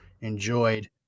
enjoyed